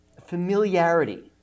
familiarity